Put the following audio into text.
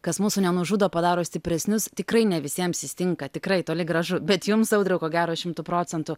kas mūsų nenužudo padaro stipresnius tikrai ne visiems jis tinka tikrai toli gražu bet jums audriau ko gero šimtu procentų